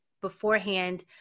beforehand